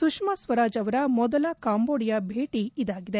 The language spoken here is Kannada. ಸುಷ್ಮಾ ಸ್ವರಾಜ್ ಅವರ ಮೊದಲ ಕಾಂಬೋಡಿಯಾ ಭೇಟಿ ಇದಾಗಿದೆ